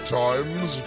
times